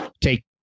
Take